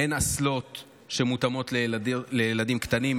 אין אסלות שמותאמות לילדים קטנים,